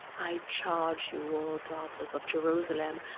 i charge you, o daughters of jerusalem,